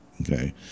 okay